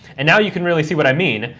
and now you can really see what i mean.